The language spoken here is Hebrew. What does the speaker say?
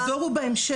המדור הוא בהמשך.